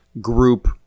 group